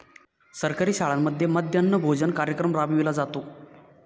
सरकारी शाळांमध्ये मध्यान्ह भोजन कार्यक्रम राबविला जातो